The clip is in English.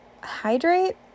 hydrate